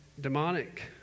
demonic